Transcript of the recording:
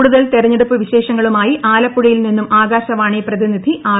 കൂടുതൽ തെരഞ്ഞെടുപ്പ് വിശേഷങ്ങളുമായി ആലപ്പുഴയിൽ നിന്നും ആകാശവാണി പ്രതിനിധി ആർ